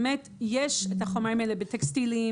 באמת יש את החומרים האלה בטקסטיל,